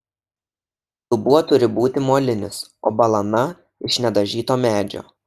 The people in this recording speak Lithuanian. dubuo turi būti molinis o balana iš nedažyto medžio